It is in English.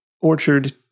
orchard